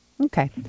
Okay